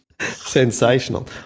Sensational